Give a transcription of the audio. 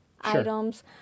items